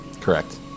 Correct